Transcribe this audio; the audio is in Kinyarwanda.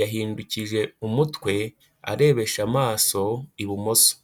yahindukije umutwe, arebesha amaso ibumoso.